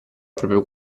proprio